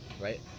right